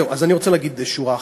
זהו, אז אני רוצה להגיד שורה אחת.